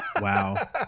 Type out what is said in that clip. Wow